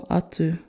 atu